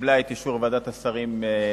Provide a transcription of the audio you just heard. שקיבלה את אישור ועדת השרים לחקיקה.